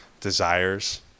desires